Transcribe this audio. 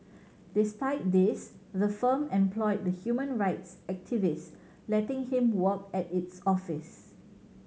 despite this the firm employed the human rights activist letting him work at its office